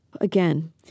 Again